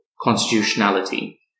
constitutionality